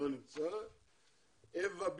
אווה ביבס.